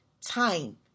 time